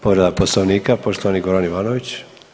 Povreda Poslovnika, poštovani Goran Ivanović.